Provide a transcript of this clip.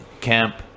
camp